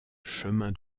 chemin